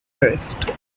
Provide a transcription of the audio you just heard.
list